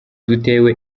dutewe